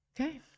Okay